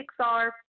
Pixar